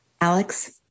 Alex